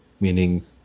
meaning